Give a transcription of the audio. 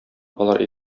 алар